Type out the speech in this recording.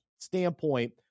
standpoint